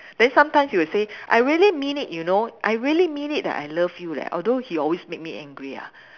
then sometimes he will say I really mean it you know I really mean it that I love you leh although he always make me angry ah